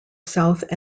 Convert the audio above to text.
south